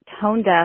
tone-deaf